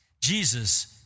Jesus